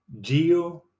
Gio